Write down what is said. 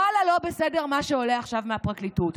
ואללה, לא בסדר מה שעולה עכשיו מהפרקליטות,